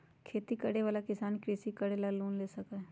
खेती करे वाला किसान कृषि करे ला लोन ले सका हई